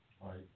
right